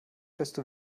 desto